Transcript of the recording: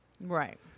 right